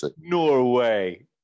Norway